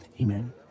Amen